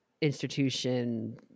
institution